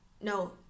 no